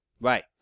Right